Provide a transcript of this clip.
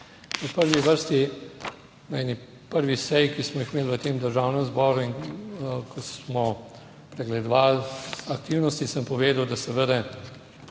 V prvi vrsti na eni prvih sej, ki smo jih imeli v tem Državnem zboru in ko smo pregledovali aktivnosti, sem povedal, da seveda